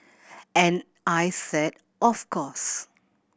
and I said of course